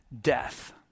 death